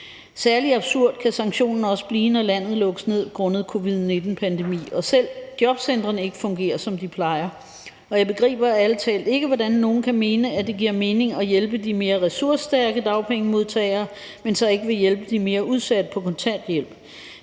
Særlig absurd kan sanktionen også blive, når landet lukkes ned grundet covid-19-pandemi og selv jobcentrene ikke fungerer, som de plejer. Og jeg begriber ærlig talt ikke, hvordan nogle kan mene, at det giver mening at hjælpe de mere ressourcestærke dagpengemodtagere, men så ikke vil hjælpe de mere udsatte på kontanthjælp.